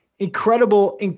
Incredible